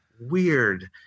weird